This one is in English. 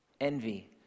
envy